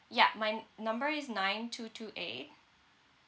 ya my n~ number is nine two two eight